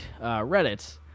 reddit